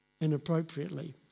inappropriately